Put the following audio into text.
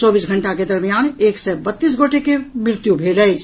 चौबीस घंटा के दरमियान एक सय बत्तीस गोटे के मृत्यु भेल अछि